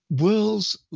world's